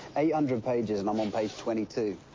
eight hundred pages, and i'm um page twenty two.